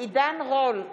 עידן רול,